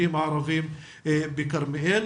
התלמידים הערבים בכרמיאל.